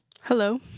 Hello